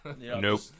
Nope